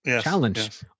challenge